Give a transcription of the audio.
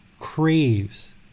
Craves